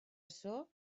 açò